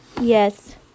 Yes